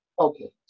Okay